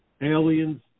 aliens